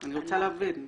אני רוצה להבין.